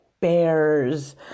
bears